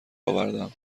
اوردم